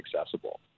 accessible